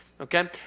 Okay